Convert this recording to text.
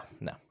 no